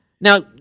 Now